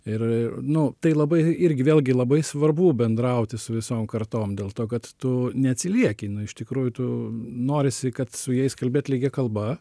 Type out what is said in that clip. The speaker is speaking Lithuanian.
ir nu tai labai irgi vėlgi labai svarbu bendrauti su visom kartom dėl to kad tu neatsilieki nu iš tikrųjų tu norisi kad su jais kalbėt lygia kalba